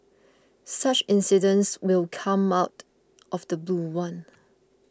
such incidents will come out of the blue one